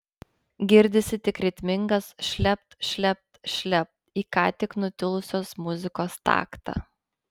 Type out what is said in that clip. girdisi tik ritmingas šlept šlept šlept į ką tik nutilusios muzikos taktą